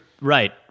right